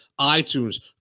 iTunes